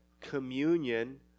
communion